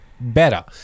better